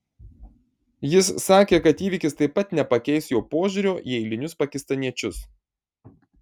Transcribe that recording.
jis sakė kad įvykis taip pat nepakeis jo požiūrio į eilinius pakistaniečius